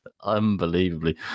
unbelievably